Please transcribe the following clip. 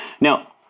Now